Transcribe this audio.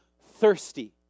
thirsty